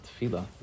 tefillah